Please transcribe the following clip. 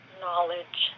knowledge